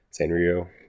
Sanrio